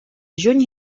juny